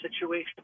situation